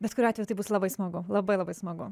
bet kuriuo atveju tai bus labai smagu labai labai smagu